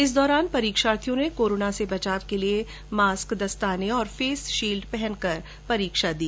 इस दौरान परीक्षार्थियों ने कोरोना से बचाव के लिए मास्क ग्लव्स और फेस शील्ड पहनकर परीक्षा दी